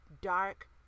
Dark